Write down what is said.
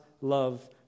love